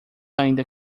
ainda